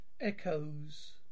Echoes